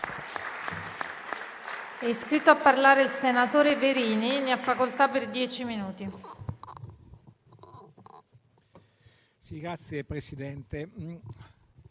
Grazie,